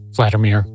Vladimir